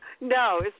No